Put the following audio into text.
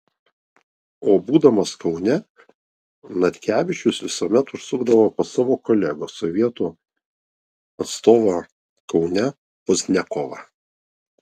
o būdamas kaune natkevičius visuomet užsukdavo pas savo kolegą sovietų atstovą kaune pozdniakovą